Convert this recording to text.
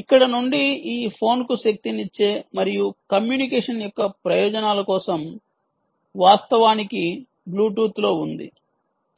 ఇక్కడ నుండి ఈ ఫోన్కు శక్తినిచ్చే మరియు కమ్యూనికేషన్ యొక్క ప్రయోజనాల కోసం వాస్తవానికి బ్లూటూత్లో ఉంది